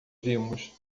vimos